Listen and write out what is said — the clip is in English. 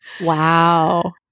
Wow